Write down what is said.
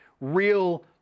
real